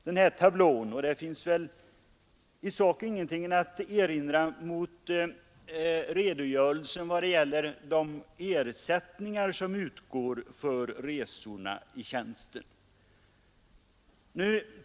Det finns väl i sak ingenting att erinra mot redogörelsen när det gäller de ersättningar som utgår för resor i tjänsten.